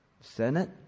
Senate